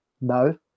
No